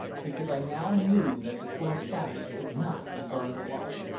because i now knew that the poor savage could not be burned alive.